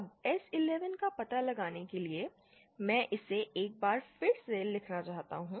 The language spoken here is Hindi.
अब S11 का पता लगाने के लिए मैं इसे एक बार फिर से लिखना चाहता हूं